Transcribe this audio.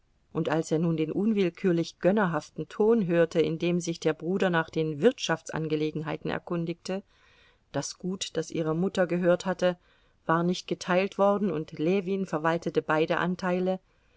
und als er nun den unwillkürlich gönnerhaften ton hörte in dem sich der bruder nach den wirtschaftsangelegenheiten erkundigte das gut das ihrer mutter gehört hatte war nicht geteilt worden und ljewin verwaltete beide anteile